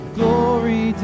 glory